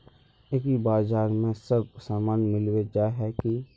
एग्रीबाजार में सब सामान मिलबे जाय है की?